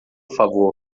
favor